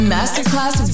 Masterclass